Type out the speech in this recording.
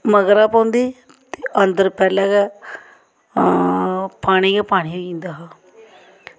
मगरा पौंदी ते अंदर पैह्लें गै आं पानी गै पानी होई जंदा हा